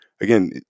Again